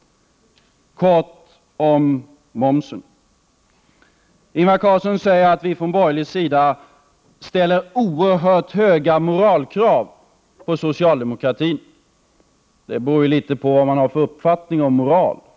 Ingvar Carlsson säger att vi från borgerlig sida ställer oerhört höga moraliska krav på socialdemokratin. Det beror litet grand på vad man har för uppfattning om moral.